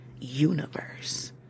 universe